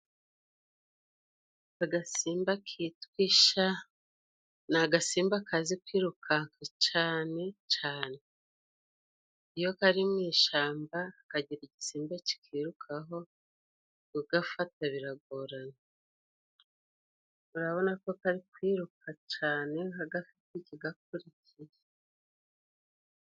Agasimba kitwa isha ni agasimba kazi kwirukanka cane cane. Iyo kari mu ishamba hakagira igisimba kikirukaho, kugafata biragorana. urabona ko kari kwiruka cane nk'agafite ikigakurikiye.